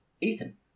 ethan